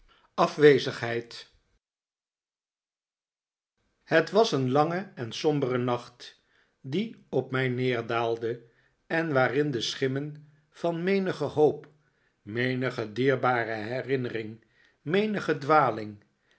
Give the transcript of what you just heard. afwezigheid het was een lange en sombere nacht die op mij neerdaalde en waarin de schimmen van menige hoop menige dierbare herinnering menige dwaling